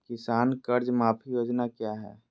किसान कर्ज माफी योजना क्या है?